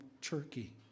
Turkey